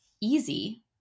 easy